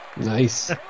nice